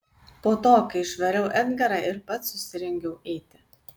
po to kai išvariau edgarą ir pats susirengiau eiti